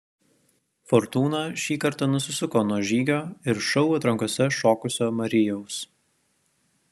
fortūna šį kartą nusisuko nuo žygio ir šou atrankose šokusio marijaus